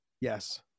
Yes